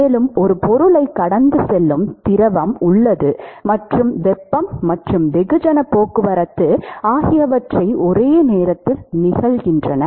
மேலும் ஒரு பொருளைக் கடந்து செல்லும் திரவம் உள்ளது மற்றும் வெப்பம் மற்றும் வெகுஜன போக்குவரத்து ஆகியவை ஒரே நேரத்தில் நிகழ்கின்றன